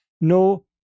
no